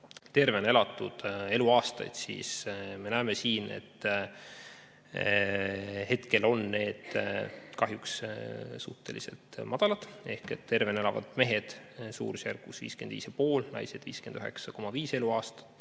tervena elatud eluaastaid, siis me näeme, et hetkel on need kahjuks suhteliselt madalad. Ehk tervena elavad mehed 55,5 ja naised 59,5 eluaastat.